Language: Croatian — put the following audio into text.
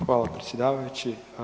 Hvala predsjedavajući.